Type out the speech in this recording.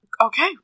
okay